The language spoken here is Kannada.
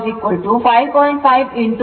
ಅಂದರೆ I r 5